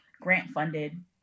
grant-funded